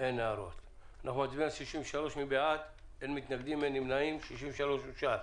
אין מתנגדים, אין נמנעים, סעיף 63 אושר.